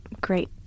great